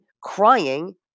crying